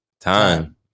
time